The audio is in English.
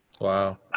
wow